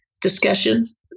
discussions